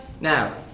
now